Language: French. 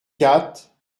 quatre